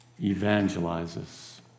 evangelizes